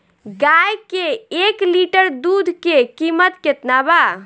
गाए के एक लीटर दूध के कीमत केतना बा?